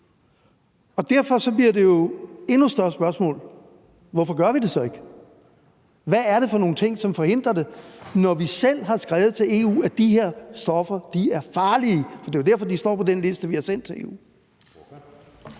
og derfor bliver det jo et endnu større spørgsmål, hvorfor vi så ikke gør det. Hvad er det for nogle ting, som forhindrer det, når vi selv har skrevet til EU, at de her stoffer er farlige? For det er jo derfor, de står på den liste, vi har sendt til EU.